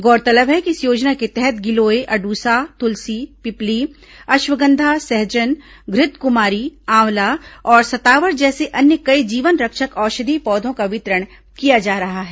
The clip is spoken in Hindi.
गौततलब है कि इस योजना के तहत गिलोय अडूसा तुलसी पीपली अश्वगंधा सहजन घृतकुमारी आंवला और सतावर जैसे अन्य कई जीवनरक्षक औषधीय पौधों का वितरण किया जा रहा है